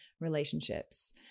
Relationships